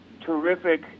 Terrific